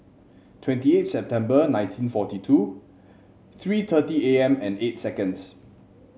twenty eight September nineteen forty two three thirty A M and eight seconds